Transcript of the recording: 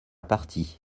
partie